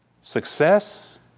success